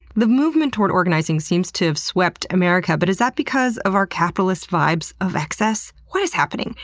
the movement toward organizing seems to have swept america, but is that because of our capitalist vibes of excess? what is happening?